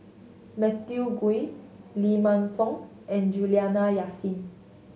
Matthew Ngui Lee Man Fong and Juliana Yasin